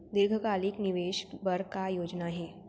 दीर्घकालिक निवेश बर का योजना हे?